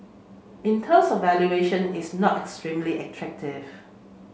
in terms of valuation it's not extremely attractive